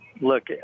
Look